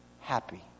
happy